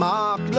Mark